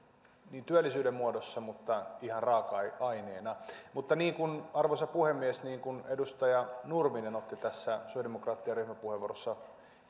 niin työllisyyden muodossa kuin ihan raaka aineena mutta arvoisa puhemies niin kuin edustaja nurminen otti tässä sosiaalidemokraattien ryhmäpuheenvuorossa